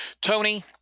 Tony